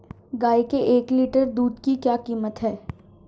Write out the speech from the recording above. गाय के एक लीटर दूध की क्या कीमत है?